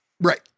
Right